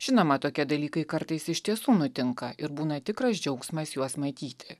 žinoma tokie dalykai kartais iš tiesų nutinka ir būna tikras džiaugsmas juos matyti